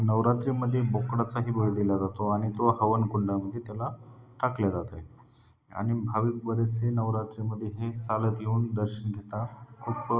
नवरात्री म्हणजे बोकडाचाही बळी दिला जातो आणि तो हवनकुंडामध्ये त्याला टाकल्या जातं आहे आणि म् भाविक बरेचसे नवरात्रीमध्ये हे चालत येऊन दर्शन घेतात खूप